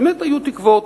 באמת היו תקוות.